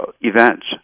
events